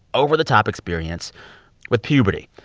over-the-top experience with puberty.